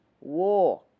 war